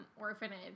orphanage